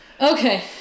Okay